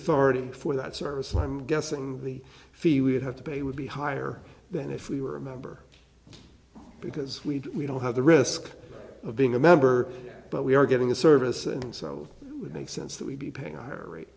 authority for that service and i'm guessing the fee would have to pay would be higher than if we were a member because we'd we don't have the risk of being a member but we are getting a service and so with a sense that we be paying a higher rate